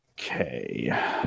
Okay